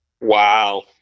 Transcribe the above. Wow